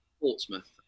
Portsmouth